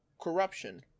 corruption